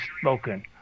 spoken